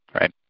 right